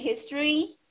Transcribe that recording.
history